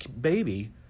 baby